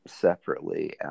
separately